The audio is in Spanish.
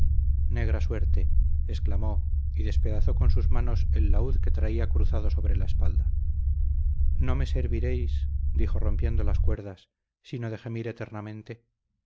negra suerte exclamó y despedazó con sus manos el laúd que traía cruzado sobre la espalda no me serviréis dijo rompiendo las cuerdas sino de gemir eternamente